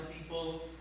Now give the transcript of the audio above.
people